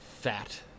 fat